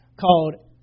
called